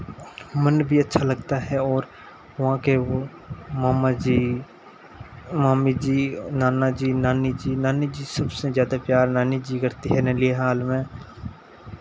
मन भी अच्छा लगता है और वहाँ के वो मामा जी मामी जी और नाना जी नानी जी नानी जी सबसे ज़्यादा प्यार नानी जी करती है नलिहाल में